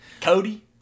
cody